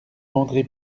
andré